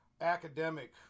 academic